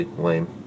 lame